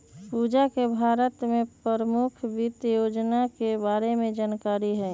पूजा के भारत के परमुख वित योजना के बारे में जानकारी हई